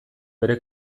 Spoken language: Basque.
bere